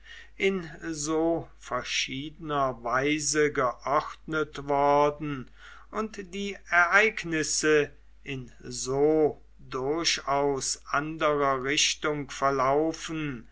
in so verschiedener weise geordnet worden und die ereignisse in so durchaus anderer richtung verlaufen